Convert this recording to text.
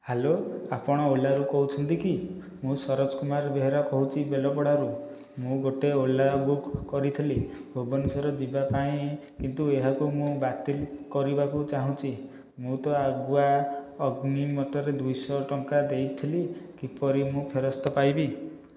hello ଆପଣ ଓଲାରୁ କହୁଛନ୍ତି କି ମୁଁ ସରୋଜ କୁମାର ବେହେରା କହୁଛି ବେଲପଡ଼ାରୁ ମୁଁ ଗୋଟିଏ ଓଲା ବୁକ କରିଥିଲି ଭୁବନେଶ୍ୱର ଯିବା ପାଇଁ କିନ୍ତୁ ଏହାକୁ ମୁଁ ବାତିଲ କରିବାକୁ ଚାହୁଁଛି ମୁଁ ତ ଆଗୁଆ ଅଗ୍ନି ମତରେ ଦୁଇଶହ ଟଙ୍କା ଦେଇଥିଲି କିପରି ମୁଁ ଫେରସ୍ତ ପାଇବି